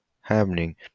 happening